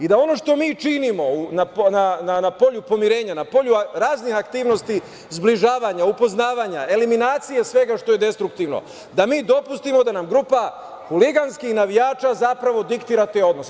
Ono što mi činimo na polju pomirenja, na polju raznih aktivnosti zbližavanja, upoznavanja, eliminacije svega što je destruktivno, da mi dopustimo da nam grupa huliganskih navijača zapravo diktira te odnose.